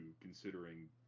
considering